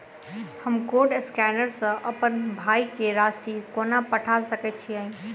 हम code scanner सँ अप्पन भाय केँ राशि कोना पठा सकैत छियैन?